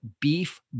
beef